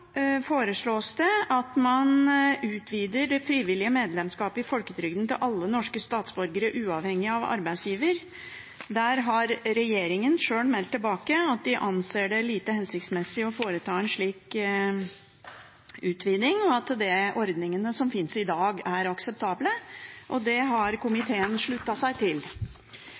foreslås at man utvider det frivillige medlemskapet i folketrygden til alle norske statsborgere uavhengig av arbeidsgiver. Der har regjeringen sjøl meldt tilbake at de anser det lite hensiktsmessig å foreta en slik utviding, og at de ordningene som finnes i dag, er akseptable. Det har komiteen sluttet seg til.